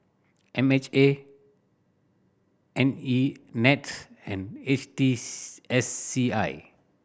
M H A N E NETS and H T S C I